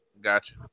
Gotcha